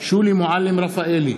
שולי מועלם-רפאלי,